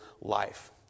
life